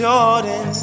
Jordan